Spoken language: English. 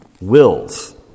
wills